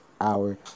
hour